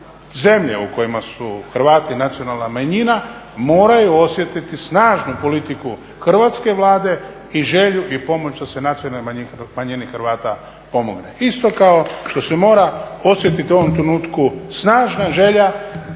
zemlje u kojima su Hrvati nacionalna manjina moraju osjetiti snažnu politiku hrvatske Vlade i želju i pomoć da se nacionalnoj manjini Hrvata pomogne. Isto kao što se mora osjetiti u ovom trenutku snažna želja